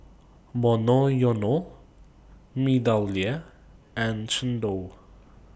Monoyono Meadowlea and Xndo